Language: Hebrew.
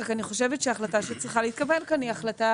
רק אני חושבת שההחלטה שצריכה להתקבל כאן היא החלטה